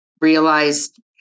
realized